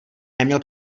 neměl